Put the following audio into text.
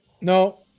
No